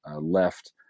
left